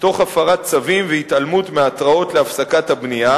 תוך הפרת צווים והתעלמות מהתראות להפסקת הבנייה,